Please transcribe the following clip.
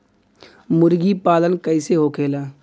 मुर्गी पालन कैसे होखेला?